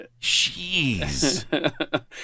Jeez